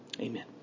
Amen